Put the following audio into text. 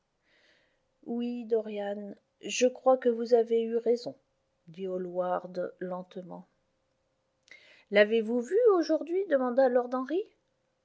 bouche oui dorian je crois que vous avez eu raison dit hallward lentement l'avez-vous vue aujourd'hui demanda lord henry